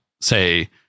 say